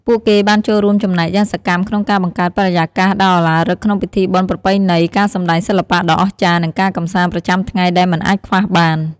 ពួកគេបានចូលរួមចំណែកយ៉ាងសកម្មក្នុងការបង្កើតបរិយាកាសដ៏ឧឡារិកក្នុងពិធីបុណ្យប្រពៃណី ការសម្តែងសិល្បៈដ៏អស្ចារ្យ និងការកម្សាន្តប្រចាំថ្ងៃដែលមិនអាចខ្វះបាន។